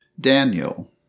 Daniel